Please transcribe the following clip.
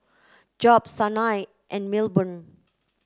Job Sanai and Milburn